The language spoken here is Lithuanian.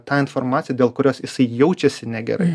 tą informaciją dėl kurios jisai jaučiasi negerai